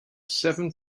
seven